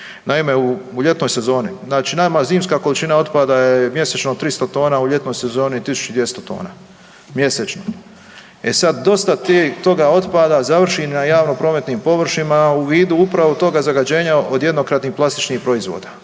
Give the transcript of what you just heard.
Naime, u ljetnoj sezoni, znači nama zimska količina je mjesečno 300 tona, u ljetnoj sezoni 1200 tona mjesečno. E sad, dosta toga otpada završi na javnoprometnim površinama u vidu upravo toga zagađenja od jednokratnih plastičnih proizvoda.